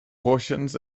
portions